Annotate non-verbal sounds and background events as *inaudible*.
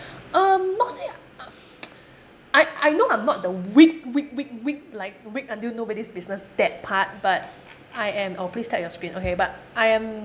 um not say I *noise* I I know I'm not the weak weak weak weak like weak until nobody's business that part but I am oh please tap your screen okay but I am